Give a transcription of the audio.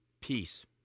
peace